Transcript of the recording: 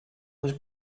was